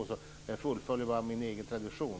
Jag fullföljer bara min egen tradition.